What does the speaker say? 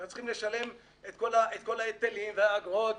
אנחנו צריכים לשלם את כל ההיטלים והאגרות,